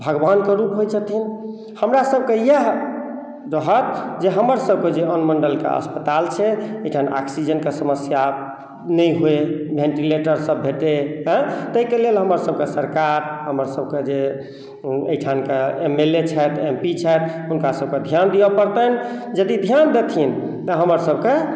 भगवानके रूप होइत छथिन हमरासभके इएह रहत जे हमरसभके जे अनुमण्डलके अस्पताल छै ओहिठाम ऑक्सीजनके समस्या नहि होइ भेंटीलेटरसभ भेटय आँय ताहिके लेल हमरासभके सरकार हमरसभके जे एहिठामके एम एल ए छथि एम पी छथि हुनकासभके ध्यान दिअ पड़तनि यदि ध्यान देथिन तऽ हमरसभके